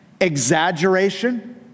exaggeration